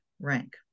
rank